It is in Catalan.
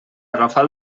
agafar